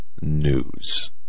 News